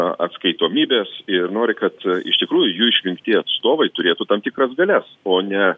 atskaitomybės ir nori kad iš tikrųjų jų išrinkti atstovai turėtų tam tikras galias o ne